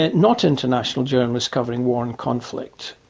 and not international journalists covering war and conflict.